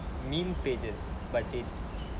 meme pages but it